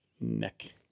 Neck